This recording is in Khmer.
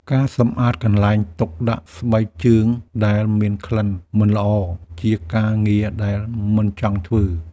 ការសម្អាតកន្លែងទុកដាក់ស្បែកជើងដែលមានក្លិនមិនល្អ ជាការងារដែលមិនចង់ធ្វើ។